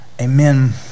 Amen